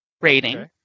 rating